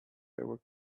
ever